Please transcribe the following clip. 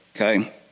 Okay